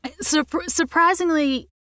Surprisingly